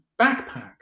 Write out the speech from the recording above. backpack